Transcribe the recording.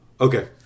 okay